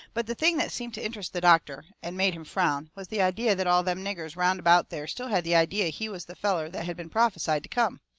but the thing that seemed to interest the doctor, and made him frown, was the idea that all them niggers round about there still had the idea he was the feller that had been prophesied to come.